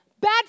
Bad